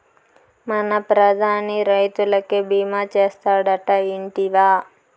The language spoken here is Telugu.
మన ప్రధాని రైతులకి భీమా చేస్తాడటా, ఇంటివా